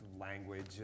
language